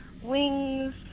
wings